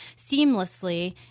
seamlessly